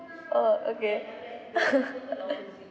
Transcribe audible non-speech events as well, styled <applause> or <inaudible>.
oh okay <laughs>